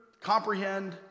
Comprehend